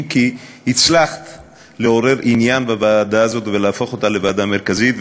כי הצלחת לעורר עניין בוועדה הזאת ולהפוך אותה לוועדה מרכזית.